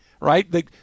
right